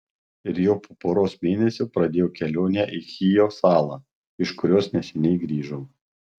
ir jau po poros mėnesių pradėjau kelionę į chijo salą iš kurios neseniai grįžau